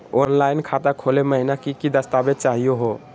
Online खाता खोलै महिना की की दस्तावेज चाहीयो हो?